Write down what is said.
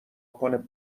کنه